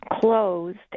closed